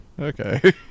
okay